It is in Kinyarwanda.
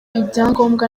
ibyangombwa